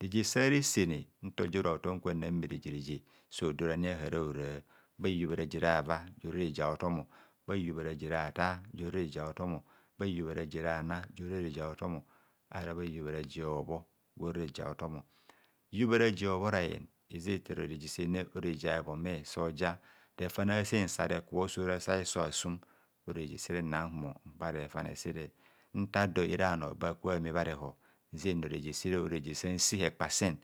reje sa resene ntoja ora hotom kwannamme reje horeje sodo rani a'hara hora, bha hihubha ara je rava jora reje a'hotom bha hihubha raje ratar gwo ra reje hotomo kwa hiyu bha raja rana gwora reje a'hotom ara bha raje a'hiyubha hobho je ora reje a'hotom hiyubha ra je hobho rayen eze eta ero reje sere ora reje a'hebhome soja refane asen sare kubho sora sa hiso asum ora rejesere nna- humor bhi kpare refane sere nfa dor era bhanor ba ka bha me bha rehor nzen nor reje sere ora re je sanse hekpa sen